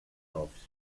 off